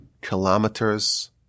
kilometers